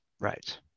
right